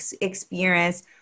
experience